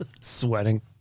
Sweating